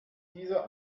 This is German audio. dieser